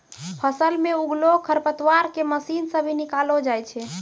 फसल मे उगलो खरपतवार के मशीन से भी निकालो जाय छै